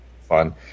fun